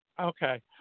Okay